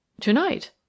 To-night